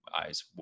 eyes